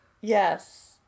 yes